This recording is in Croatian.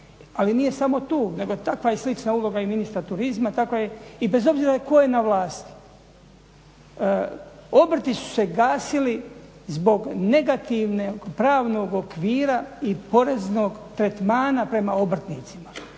Ali nije samo tu nego je takva slična uloga i ministra turizma takva je i bez obzira tko je na vlasti. Obrti su se gasili zbog negativnog pravnog okvira i poreznog tretmana prema obrtnicima,